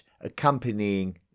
accompanying